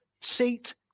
seat